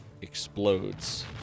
explodes